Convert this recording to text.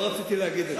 לא רציתי להגיד את זה.